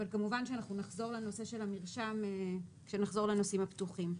וכמובן שאנחנו נחזור לנושא של המרשם כשנחזור לנושאים הפתוחים.